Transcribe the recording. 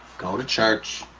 go to church,